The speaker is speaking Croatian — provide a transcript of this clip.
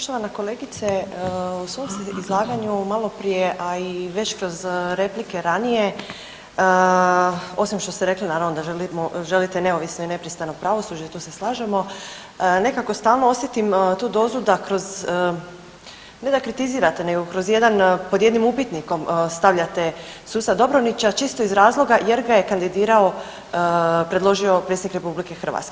Poštovana kolegice u svom ste izlaganju malo prije, a i već kroz replike ranije osim što ste rekli naravno da želite neovisno i nepristrano pravosuđe i tu se slažemo, nekako stalno osjetim tu dozu da kroz, ne da kritizirate nego da kroz jedan pod jednim upitnikom stavljate suca Dobronića čisto iz razloga jer ga je kandidirao, predložio predsjednik RH.